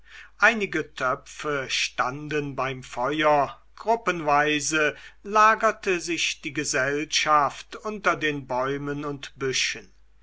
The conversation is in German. einige töpfe standen beim feuer gruppenweise lagerte sich die gesellschaft unter den bäumen und büschen